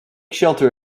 shelter